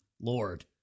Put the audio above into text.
Lord